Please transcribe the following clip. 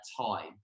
time